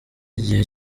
igihe